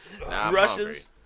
rushes